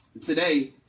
today